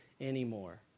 anymore